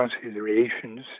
considerations